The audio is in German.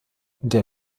der